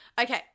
Okay